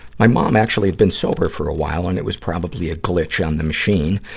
my mom actually had been sober for a while, and it was probably a glitch on the machine.